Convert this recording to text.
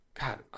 God